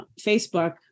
Facebook